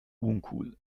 uncool